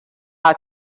our